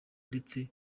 ndetse